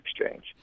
exchange